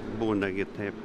būna gi taip